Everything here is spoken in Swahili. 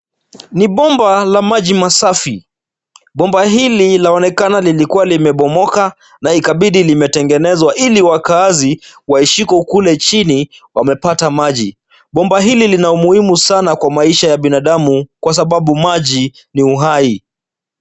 Ni bomba la maji masafi. Bomba hili laonekana lilikuwa limebomoka na ikabidi limetengenezwa ili wakaazi waishiko kule chini wamepata maji. Bomba hili lina umuhimu sana kwa maisha ya binadamu kwa sababu maji ni uhai.